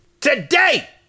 today